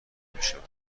میشوند